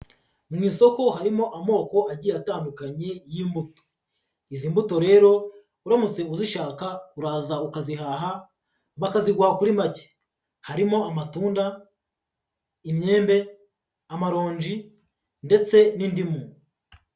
Mu isoko harimo amoko agiye atandukanye y'imbuto, izi mbuto rero uramutse uzishaka uraza ukazihaha bakaziguha kuri make, harimo amatunda, imyembe, amaronji ndetse n'indimu.